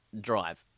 drive